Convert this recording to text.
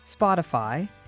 Spotify